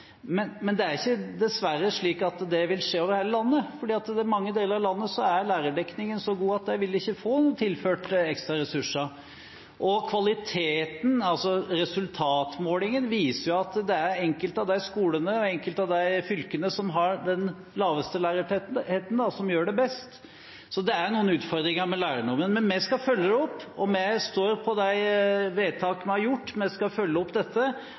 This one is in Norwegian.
men det er dessverre ikke slik at det vil skje over hele landet, for i mange deler av landet er lærerdekningen så god at de ikke vil få tilført ekstra ressurser. Kvaliteten, altså resultatmålingen, viser at det er enkelte av de skolene og enkelte av de fylkene som har den laveste lærertettheten, som gjør det best. Det er noen utfordringer med lærernormen, men vi skal følge det opp, og vi står ved de vedtakene vi har gjort. Vi skal følge opp dette